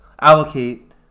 allocate